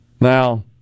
Now